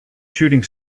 shooting